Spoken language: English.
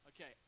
Okay